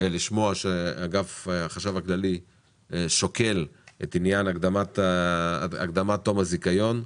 לשמוע שאגף החשב הכללי שוקל את עניין הקדמת תום הזיכיון.